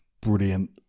brilliant